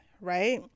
right